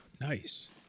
nice